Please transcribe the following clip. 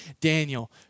Daniel